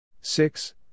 Six